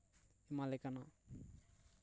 ᱮᱢᱟᱞᱮ ᱠᱟᱱᱟ